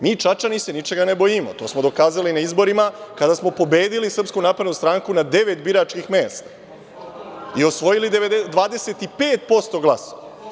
Mi Čačani se ničega ne bojimo, to smo dokazali na izborima kada smo pobedili SNS na devet biračkih mesta i osvojili 25% glasova.